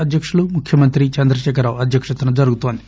అధ్యక్షులు ముఖ్యమంత్రి చంద్రశేఖరరావు అధ్యక్షతన జరుగుతోంది